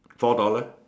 four dollar